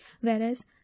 whereas